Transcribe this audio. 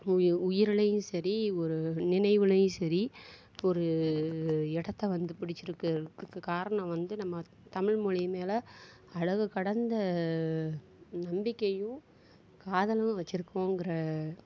உயிருலேயும் சரி ஒரு நினைவுலேயும் சரி ஒரு இடத்த வந்து பிடிச்சுருக்குறதுக்கு காரணம் வந்து நம்ம தமிழ் மொழி மேலே அளவு கடந்த நம்பிக்கையும் காதலும் வச்சுருக்கோங்குற